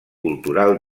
cultural